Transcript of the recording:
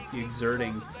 exerting